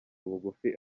bugufi